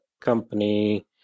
company